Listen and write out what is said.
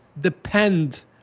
depend